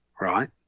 right